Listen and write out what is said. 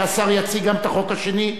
שהשר יציג גם את החוק השני?